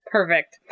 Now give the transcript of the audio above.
Perfect